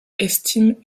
estime